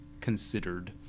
considered